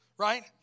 right